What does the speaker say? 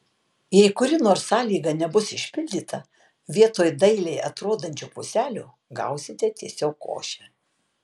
jei kuri nors sąlyga nebus išpildyta vietoj dailiai atrodančių puselių gausite tiesiog košę